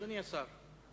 אדוני השר.